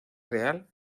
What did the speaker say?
real